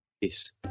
peace